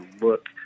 look